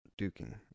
Duking